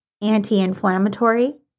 anti-inflammatory